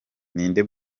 ninde